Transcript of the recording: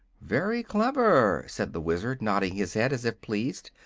very clever, said the wizard, nodding his head as if pleased.